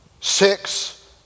six